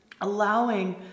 allowing